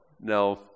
No